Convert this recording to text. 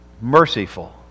merciful